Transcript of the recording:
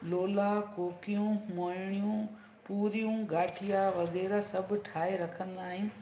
लोला कोकियूं मोइणियूं पूरियूं गाठिया वग़ैरह सभु ठाहे रखंदा आहियूं